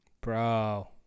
Bro